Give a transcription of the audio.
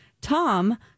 Tom